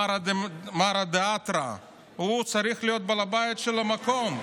מרא דאתרא צריך להיות בעל הבית של המקום.